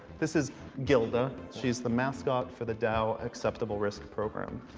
this is gilda. she's the mascot for the dow acceptable risk program.